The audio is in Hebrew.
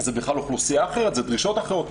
זו אוכלוסייה אחרת, אלו דרישות אחרות.